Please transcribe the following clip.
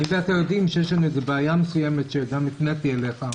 אני ואתה יודעים שיש לנו איזו בעיה מסוימת שגם הפניתי אליך.